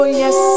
yes